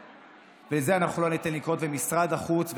לזה אנחנו לא ניתן לקרות במשרד החוץ.